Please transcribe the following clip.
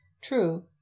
True